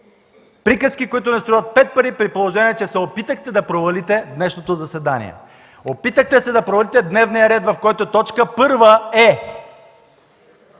Приказки, които не струват пет пари, при положение че се опитахте да провалите днешното заседание. Опитахте се да провалите дневния ред, в който точка първа е